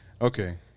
Okay